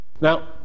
Now